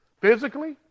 physically